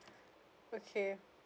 okay